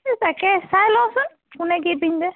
তাকে চাই লওচোন কোনে কি পিন্ধে